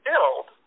build